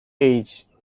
age